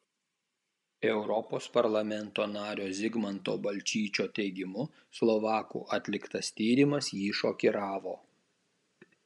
europos parlamento nario zigmanto balčyčio teigimu slovakų atliktas tyrimas jį šokiravo